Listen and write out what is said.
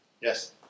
Yes